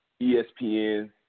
ESPN